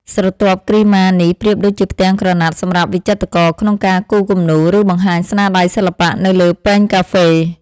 ស្រទាប់គ្រីម៉ានេះប្រៀបដូចជាផ្ទាំងក្រណាត់សម្រាប់វិចិត្រករក្នុងការគូរគំនូរ ឬបង្ហាញស្នាដៃសិល្បៈនៅលើពែងកាហ្វេ។